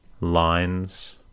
lines